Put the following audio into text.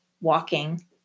walking